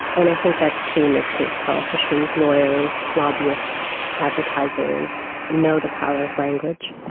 and i think that's true in this case politicians, lawyers, lobbyists, advertisers know the power of language.